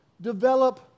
develop